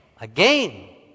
Again